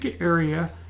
area